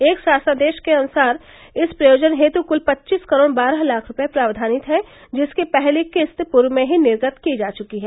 एक शासनादेश के अनुसार इस प्रयोजन हेतु कुल पच्चीस करोड़ बारह लाख रुपये प्राविधानित हैं जिसकी पहली किस्त पूर्व में ही निर्गत की जा चुकी है